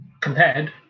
Compared